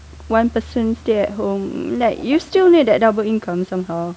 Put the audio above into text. one person stay at home like you still need that double income somehow